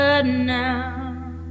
now